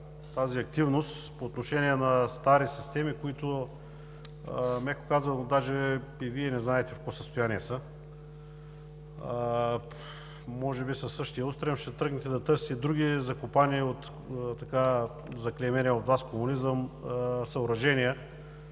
тази активност по отношение на стари системи, които, меко казано, даже и Вие не знаете в какво състояние са. Може би със същия устрем ще тръгнете да търсите и други, закопани от заклеймения от Вас комунизъм, съоръжения.